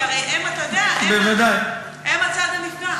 כי הרי הם הצד הנפגע.